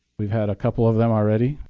we've had a couple of them already.